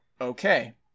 okay